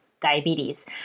diabetes